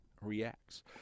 reacts